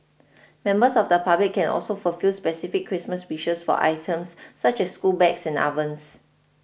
members of the public can also fulfil specific Christmas wishes for items such as school bags and ovens